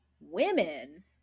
women